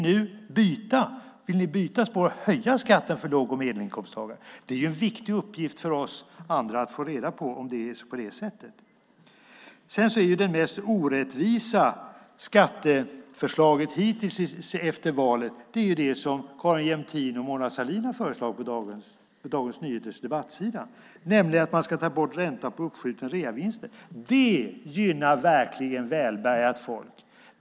Eller vill ni nu byta spår och höja skatten för låg och medelinkomsttagare? Det är en viktig uppgift för oss andra att få reda på om det är på det sättet. Det mest orättvisa skatteförslaget hittills efter valet är det som Carin Jämtin och Mona Sahlin har föreslagit på Dagens Nyheters debattsida, nämligen att man ska ta bort räntan på uppskjutna reavinster. Det gynnar verkligen välbärgat folk!